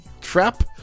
trap